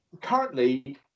currently